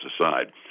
Aside